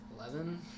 Eleven